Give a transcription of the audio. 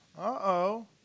Uh-oh